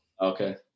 Okay